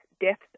deaths